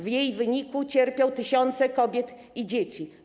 W jej wyniku cierpią tysiące kobiet i dzieci.